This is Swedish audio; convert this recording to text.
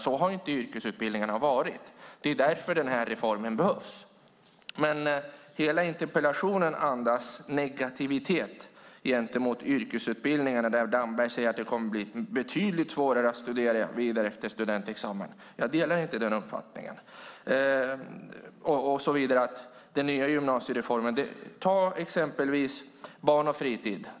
Så har ju inte yrkesutbildningarna varit. Det är därför den här reformen behövs. Hela interpellationen andas negativitet gentemot yrkesutbildningarna när Damberg säger att det kommer att bli betydligt svårare att studera vidare efter studentexamen. Jag delar inte den uppfattningen. Ta exempelvis Barn och fritid.